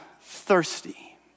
thirsty